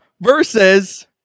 versus